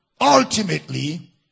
Ultimately